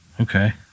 okay